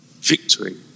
victory